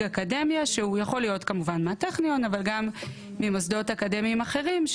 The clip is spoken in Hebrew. אקדמיה שיכול להיות כמובן מהטכניון אבל גם ממוסדות אקדמיים אחרים,